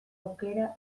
aukera